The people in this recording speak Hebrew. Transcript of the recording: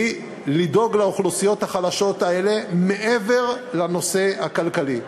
היא לדאוג לאוכלוסיות החלשות האלה מעבר לנושא הכלכלי.